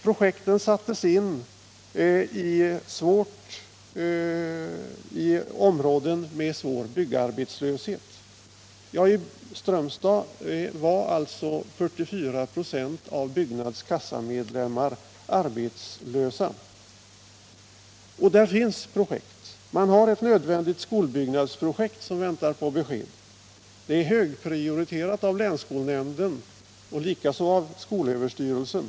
Projekten sattes in i områden med svår byggarbetslöshet. I Strömstad var alltså 44 96 av Byggnads kassamedlemmar arbetslösa. Och där finns projekt. Exempelvis väntar man på besked om ett nödvändigt skolbyggnadsprojekt. Det är högprioriterat av länsskolnämnden och likaså av skolöverstyrelsen.